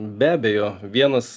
be abejo vienas